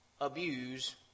abuse